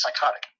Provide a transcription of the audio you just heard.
psychotic